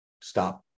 stop